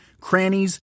crannies